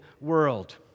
world